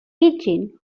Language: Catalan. pidgin